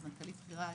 סמנכ"לית בכירה,